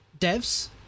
Devs